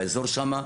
באזור שם,